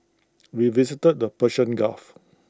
we visited the Persian gulf